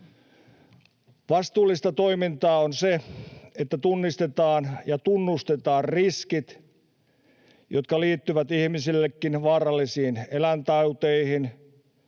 Vastuullista toimintaa on se, että tunnistetaan ja tunnustetaan riskit, jotka liittyvät ihmisillekin vaarallisiin eläintauteihin